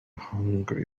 hungry